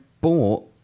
bought